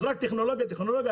אז רק טכנולוגיה, טכנולוגיה?